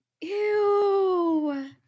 Ew